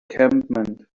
encampment